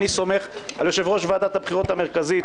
אני סומך על יושב-ראש ועדת הבחירות המרכזית,